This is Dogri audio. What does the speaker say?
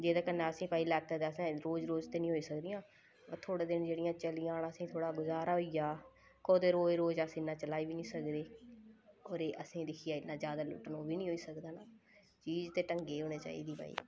जेह्दे कन्नै असें भाई लैते ते असें रोज़ रोज़ ते नी होई सकदियां थोह्ड़े दिन जेहड़ियां चली जान असेंगी थोह्ड़ा गजारा होई जा कुतै रोज़ रोज़ अस इन्ना चलाई बी नी सकदे होर एह् असेंगी दिक्खियै इन्ना ज्यादा लुट्टन ओह् बी नी होई सकदा चीज़ ते ढंगै दी होनी चाहिदी भाई